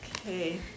Okay